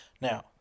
now